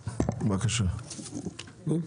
דוד,